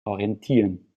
orientieren